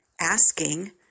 asking